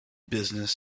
business